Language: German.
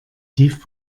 tief